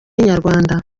inyarwanda